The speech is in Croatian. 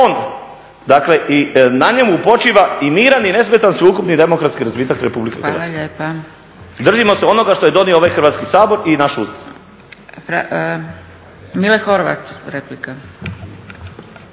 dakle i na njemu počiva i miran i nesmetan sveukupni demokratski razvita RH. Držimo se onoga što je donio ovaj Hrvatski sabor i naš Ustav. **Zgrebec, Dragica